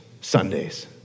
Sundays